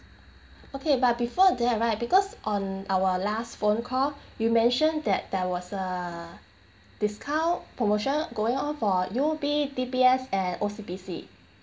okay but before that right because on our last phone call you mentioned that there was a discount promotion going on for U_O_B D_B_S and O_C_B_C